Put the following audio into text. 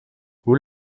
hoe